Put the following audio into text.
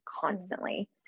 constantly